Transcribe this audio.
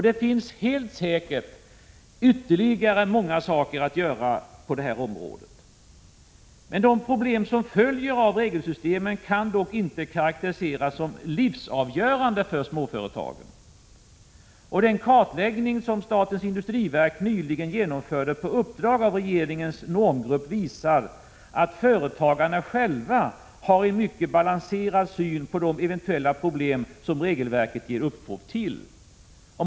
Det finns helt säkert många andra saker att göra på detta område, men de problem som följer av regelsystemen kan dock inte karakteriseras som livsavgörande för småföretagen. Den kartläggning som statens industriverk nyligen genomförde på uppdrag av regeringens normgrupp visar att företagarna själva har en mycket balanserad syn på de eventuella problem som regelverket ger upphov till.